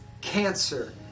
cancer